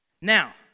Now